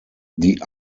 die